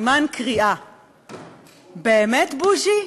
באמת, בוז'י?